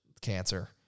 cancer